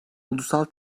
ulusal